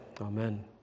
Amen